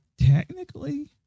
technically